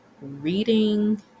reading